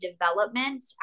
development